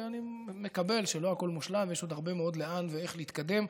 ואני מקבל שלא הכול מושלם ויש עוד הרבה מאוד לאן ואיך להתקדם,